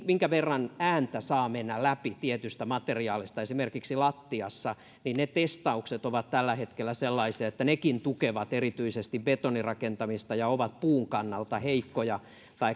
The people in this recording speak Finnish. minkä verran erilaista ääntä saa mennä läpi tietystä materiaalista esimerkiksi lattiassa testaukset ovat tällä hetkellä sellaisia että nekin tukevat erityisesti betonirakentamista ja ovat puun kannalta heikkoja